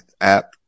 app